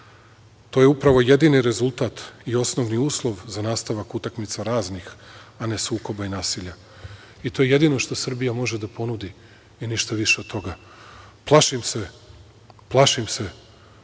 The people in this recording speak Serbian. je upravo jedini rezultat i osnovni uslov za nastavak utakmica raznih, a ne sukoba i nasilja i to je jedino što Srbija može da ponudi i ništa više od toga. Plašim se, plašim se